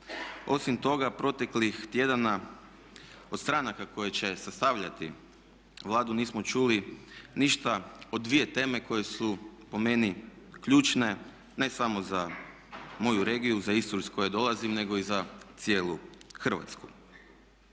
Osim toga proteklih tjedana od stranaka koje će sastavljati Vladu nismo čuli ništa o dvije teme koje su po meni ključne ne samo za moju regiju Istru iz koje dolazim nego i za cijelu Hrvatsku.